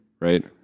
right